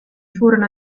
furono